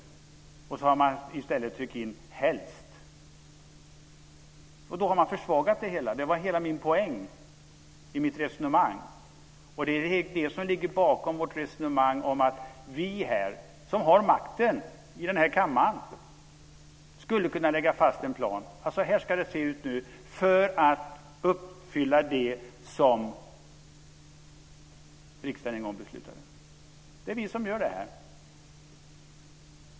I stället har man skrivit "helst". Då har man försvagat det hela. Det var hela min poäng i mitt resonemang. Och det är det som ligger bakom vårt resonemang om att vi som har makten i den här kammaren skulle kunna lägga fast en plan om hur det ska se ut för att man ska kunna uppfylla det som riksdagen en gång beslutade. Det är vi som gör det här.